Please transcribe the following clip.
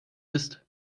ist